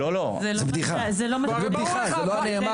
לא לא זה בדיחה זה בדיחה זה לא נאמר,